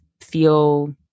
feel